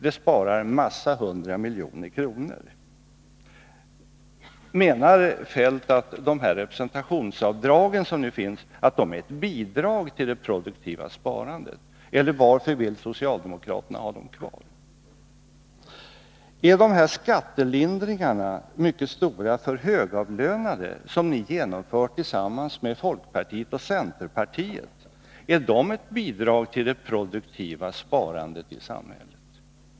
Det skulle ge staten hundratals miljoner kronor. Menar Kjell-Olof Feldt att de representationsavdrag som nu tillåts utgör ett bidrag till det produktiva sparandet, eller varför vill socialdemokraterna ha dem kvar? Är de mycket kraftiga skattelindringarna för högavlönade som ni tillsammans med folkpartiet och centerpartiet har genomfört ett bidrag till det produktiva sparandet i samhället?